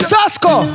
Sasko